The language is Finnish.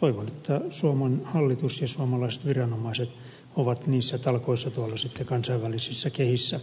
toivon että suomen hallitus ja suomalaiset viranomaiset ovat niissä talkoissa tuolla sitten kansainvälisissä kehissä